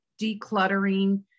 decluttering